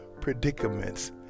predicaments